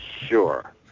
Sure